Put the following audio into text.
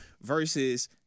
versus